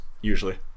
Usually